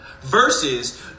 Versus